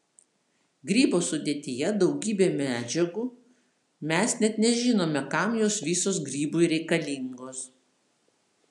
grybo sudėtyje daugybė medžiagų mes net nežinome kam jos visos grybui reikalingos